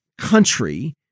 country